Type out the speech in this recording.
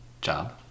job